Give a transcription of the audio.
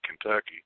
Kentucky